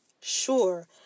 sure